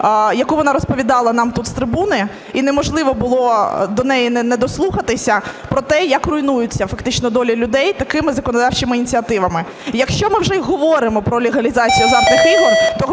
яку вона розповідала нам тут з трибуни, і неможливо було до неї недослухатися, про те, як руйнуються фактично долі людей такими законодавчими ініціативами. Якщо ми вже і говоримо про легалізацію азартних ігор,